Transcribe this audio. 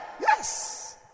Yes